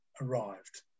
arrived